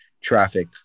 traffic